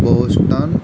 Boston